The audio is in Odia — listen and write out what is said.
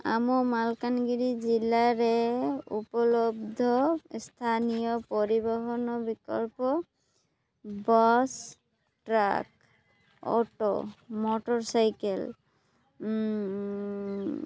ଆମ ମାଲକାନଗିରି ଜିଲ୍ଲାରେ ଉପଲବ୍ଧ ସ୍ଥାନୀୟ ପରିବହନ ବିକଳ୍ପ ବସ୍ ଟ୍ରକ୍ ଅଟୋ ମୋଟରସାଇକେଲ୍